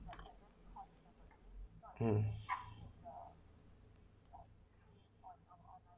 um